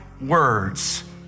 words